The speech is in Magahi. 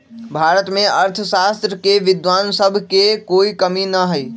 भारत में अर्थशास्त्र के विद्वान सब के कोई कमी न हई